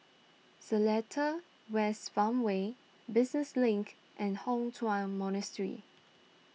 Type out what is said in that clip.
Seletar West Farmway Business Link and Hock Chuan Monastery